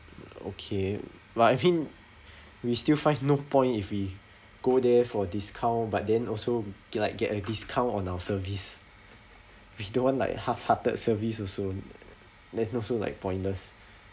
okay right I mean we still find no point if we go there for discount but then also get like get a discount on our service we don't want like half hearted service also uh then also like pointless